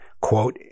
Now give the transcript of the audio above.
quote